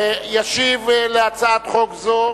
ישיב על הצעת חוק זו